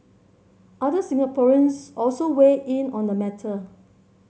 other Singaporeans also weigh in on the matter